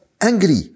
angry